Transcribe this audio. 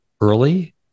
early